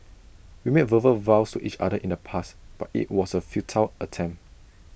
we made verbal vows to each other in the past but IT was A futile attempt